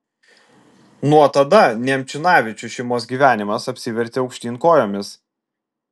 nuo tada nemčinavičių šeimos gyvenimas apsivertė aukštyn kojomis